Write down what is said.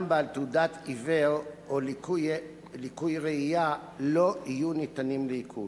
בעל תעודת עיוור או לקוי ראייה לא יהיו ניתנים לעיקול.